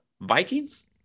Vikings